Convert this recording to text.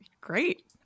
great